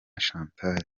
chantal